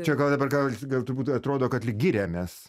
čia gal dabar gal gal turbūt atrodo kad lyg giriamės